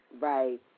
Right